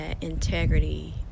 integrity